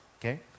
Okay